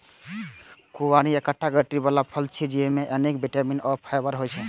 खुबानी एकटा गुठली बला फल छियै, जेइमे अनेक बिटामिन आ फाइबर होइ छै